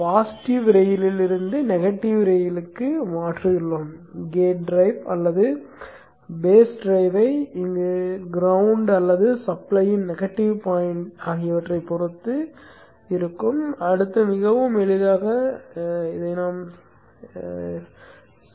positive ரெயிலில் இருந்து negative ரெயிலுக்கு மாற்றியுள்ளோம் கேட் டிரைவ் அல்லது பேஸ் டிரைவை இங்கு தரைப் புள்ளி அல்லது சப்ளையின் நெகடிவ் பாயிண்ட் ஆகியவற்றைப் பொறுத்து இருக்கும் அடுத்து மிகவும் எளிதாக இருக்கும்